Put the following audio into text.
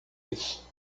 isso